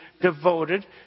devoted